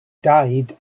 died